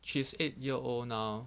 she's eight year old now